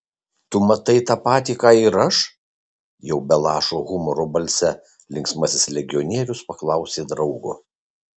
tu matai tą patį ką ir aš jau be lašo humoro balse linksmasis legionierius paklausė draugo